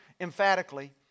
emphatically